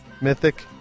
Mythic